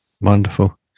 wonderful